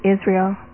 Israel